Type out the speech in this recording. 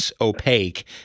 opaque